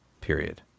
period